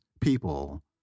people